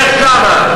לך שמה.